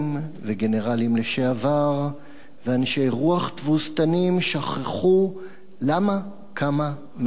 וגנרלים לשעבר ואנשי רוח תבוסתנים שכחו למה קמה מדינת ישראל.